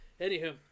Anywho